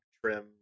trim